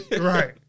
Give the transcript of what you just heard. Right